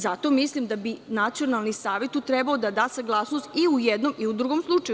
Zato mislim da bi nacionalni savet tu trebalo da da saglasnost i u jednom i u drugom slučaju.